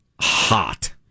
hot